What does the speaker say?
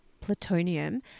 plutonium